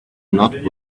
not